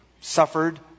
Suffered